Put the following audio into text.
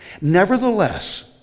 Nevertheless